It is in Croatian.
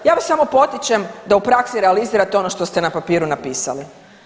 Ja vas samo potičem da u praksi realizirate ono što ste na papiru napisali.